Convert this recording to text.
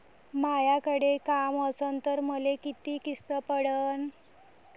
मायाकडे काम असन तर मले किती किस्त पडन?